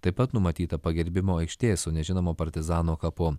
taip pat numatyta pagerbimo aikštė su nežinomo partizano kapu